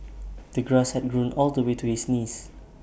the grass had grown all the way to his knees